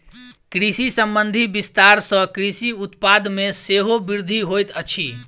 कृषि संबंधी विस्तार सॅ कृषि उत्पाद मे सेहो वृद्धि होइत अछि